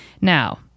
Now